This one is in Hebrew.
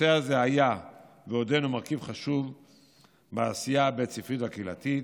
הנושא הזה היה ועודנו מרכיב חשוב בעשייה הבית-ספרית והקהילתית.